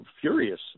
furious